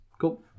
Cool